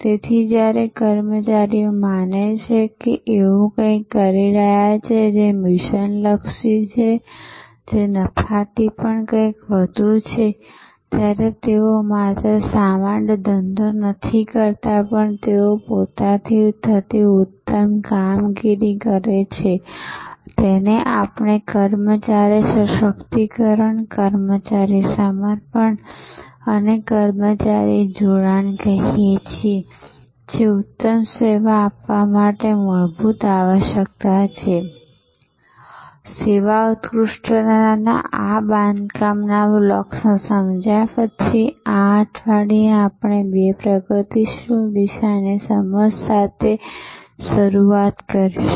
તેથીજ્યારે કર્મચારી માને છે કે તેઓ એવું કઈક કરી રહ્યા છે જે મિશન લક્ષી છે જે નફા થી પણ કઈક વધુ છે ત્યારે તેઓ માત્ર સમાન્ય ધંધો નથી કરતાં પણ તેઓ પોતાથી થતી ઉત્તમ કામગીરી કરે છે તેને આપણે કર્મચારી સશક્તિકરણ કર્મચારી સમર્પણ અને કર્મચારી જોડાણ કહીએ છીએ જે ઉત્તમ સેવા આપવા માટે મૂળભૂત આવશ્યકતા છે સેવા ઉત્કૃષ્ટતાના આ બાંધકામ બ્લોક્સને સમજ્યા પછી આ અઠવાડિયે આપણે બે પ્રગતિશીલ દિશાની સમજ સાથે શરૂઆત કરીશું